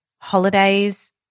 holidays